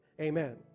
Amen